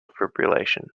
fibrillation